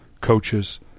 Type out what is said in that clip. coaches